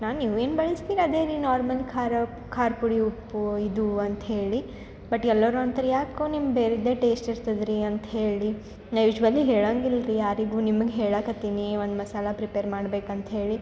ನಾನ್ ನೀವು ಏನು ಬಳಸ್ತೀರಿ ಅದೇ ರೀ ನಾರ್ಮಲ್ ಖಾರ ಖಾರ ಪುಡಿ ಉಪ್ಪು ಇದು ಅಂತ ಹೇಳಿ ಬಟ್ ಎಲ್ಲರೂ ಅಂತಾರೆ ಯಾಕೋ ನಿಮ್ದು ಬೇರೆಯದೇ ಟೇಶ್ಟ್ ಇರ್ತದ್ರಿ ಅಂತ ಹೇಳಿ ನಾವು ಯೂಸ್ಯೂವಲಿ ಹೇಳಂಗಿಲ್ಲರೀ ಯಾರಿಗೂ ನಿಮ್ಗೆ ಹೇಳಕ್ಕತ್ತೀನಿ ಒಂದು ಮಸಾಲೆ ಪ್ರಿಪೇರ್ ಮಾಡ್ಬೇಕು ಅಂತ ಹೇಳಿ